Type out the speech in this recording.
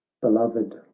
beloved